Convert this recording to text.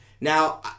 Now